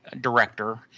director